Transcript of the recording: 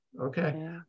okay